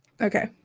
Okay